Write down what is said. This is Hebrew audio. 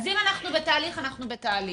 אז אם אנחנו בתהליך אנחנו בתהליך.